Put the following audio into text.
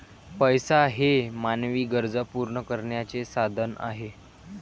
पैसा हे मानवी गरजा पूर्ण करण्याचे साधन आहे